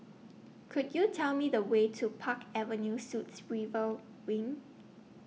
Could YOU Tell Me The Way to Park Avenue Suites River Wing